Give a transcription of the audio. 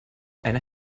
einer